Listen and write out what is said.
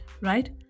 right